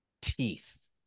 teeth